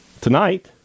tonight